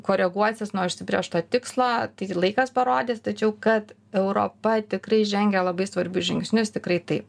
koreguosis nuo užsibrėžto tikslo tai laikas parodys tačiau kad europa tikrai žengia labai svarbius žingsnius tikrai taip